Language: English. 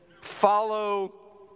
follow